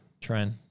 Trend